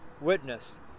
witness